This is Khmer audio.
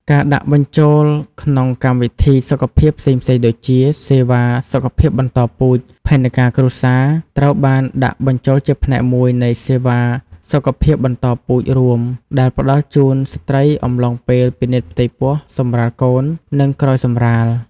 ការដាក់បញ្ចូលក្នុងកម្មវិធីសុខភាពផ្សេងៗដូចជា សេវាសុខភាពបន្តពូជ ផែនការគ្រួសារត្រូវបានដាក់បញ្ចូលជាផ្នែកមួយនៃសេវាសុខភាពបន្តពូជរួម ដែលផ្ដល់ជូនស្ត្រីអំឡុងពេលពិនិត្យផ្ទៃពោះ សម្រាលកូន និងក្រោយសម្រាល ។